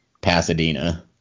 Pasadena